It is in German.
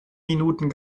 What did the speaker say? minuten